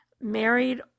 married